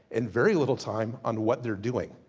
and very little time on what they're doing.